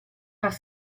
las